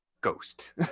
ghost